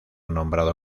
nombrado